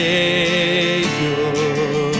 Savior